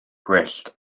gwyllt